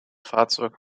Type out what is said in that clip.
fahrzeug